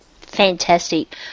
Fantastic